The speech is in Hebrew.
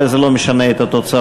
אבל זה לא משנה את התוצאות.